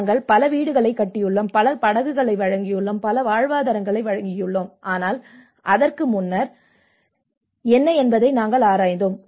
நாங்கள் பல வீடுகளை கட்டியுள்ளோம் பல படகுகளை வழங்கியுள்ளோம் பல வாழ்வாதாரங்களை வழங்கியுள்ளோம் ஆனால் அதற்கு முன்னர் பயிற்சி திட்டங்கள் என்ன ஆரம்பகால எச்சரிக்கை முறைகள் என்ன என்பதை நாங்கள் ஆராய்ந்தோம்